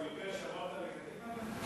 הוא יודע שעברת לקדימה?